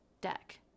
deck